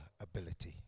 ability